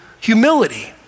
humility